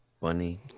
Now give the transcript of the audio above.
Funny